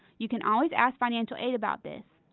you can always ask financial aid about this.